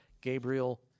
Gabriel